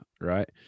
Right